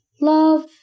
love